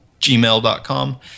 gmail.com